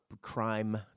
crime